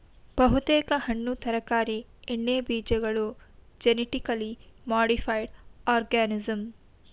ಬಹುತೇಕ ಹಣ್ಣು ತರಕಾರಿ ಎಣ್ಣೆಬೀಜಗಳು ಜೆನಿಟಿಕಲಿ ಮಾಡಿಫೈಡ್ ಆರ್ಗನಿಸಂ